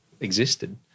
existed